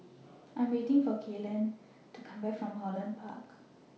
I Am waiting For Kaylan to Come Back from Holland Park